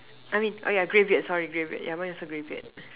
I mean oh yeah grey beard sorry grey beard ya mine also grey beard